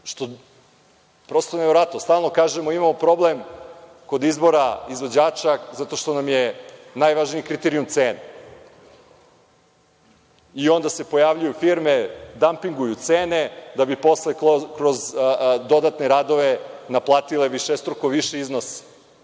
ne? Prosto je neverovatno, stalno kažemo da imamo problem kod izbora izvođača zato što nam je najvažniji kriterijum cena i onda se pojavljuju firme, dampinguju cene, da bi posle kroz dodatne radove naplatile višestruko viši iznos